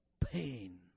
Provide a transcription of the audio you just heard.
Pain